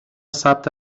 ثبت